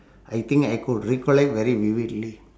I think I could recollect very vividly